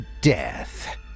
death